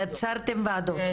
יצרתם וועדות.